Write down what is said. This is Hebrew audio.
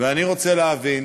אני רוצה להבין